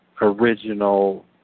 original